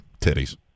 titties